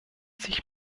sich